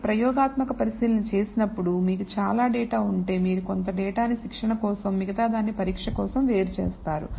మీరు ప్రయోగాత్మక పరిశీలనలు చేసినప్పుడు మీకు చాలా డేటా ఉంటే మీరు కొంత డేటాని శిక్షణ కోసం మిగతా దాన్ని పరీక్ష కోసం వేరు చేస్తారు